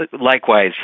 likewise